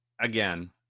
again